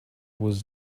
was